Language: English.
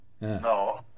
no